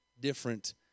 different